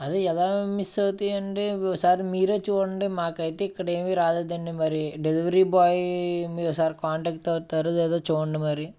అదే ఎలా మిస్ అవుతాయండి ఒకసారి మీరే చూడండి మాకైతే ఇక్కడ ఏమి రాలేదండి మరి డెలివరీ బాయ్ మీరొకసారి కాంటాక్ట్ అవుతారో లేదో చూడండి మరి